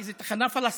כי זו תחנה פלסטינית,